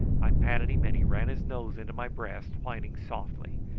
i patted him, and he ran his nose into my breast, whining softly.